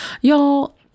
Y'all